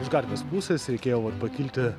iš gatvės pusės reikėjo vat pakilti